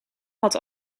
had